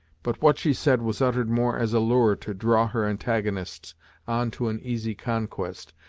but what she said was uttered more as a lure to draw her antagonists on to an easy conquest,